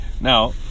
Now